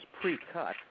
pre-cut